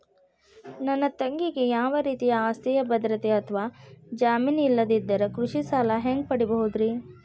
ನನ್ನ ತಂಗಿಗೆ ಯಾವ ರೇತಿಯ ಆಸ್ತಿಯ ಭದ್ರತೆ ಅಥವಾ ಜಾಮೇನ್ ಇಲ್ಲದಿದ್ದರ ಕೃಷಿ ಸಾಲಾ ಹ್ಯಾಂಗ್ ಪಡಿಬಹುದ್ರಿ?